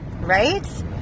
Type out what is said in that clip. right